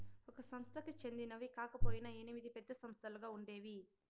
ఒక సంస్థకి చెందినవి కాకపొయినా ఎనిమిది పెద్ద సంస్థలుగా ఉండేవి